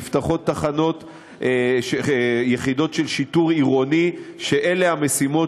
נפתחות יחידות שיטור עירוני שאלה המשימות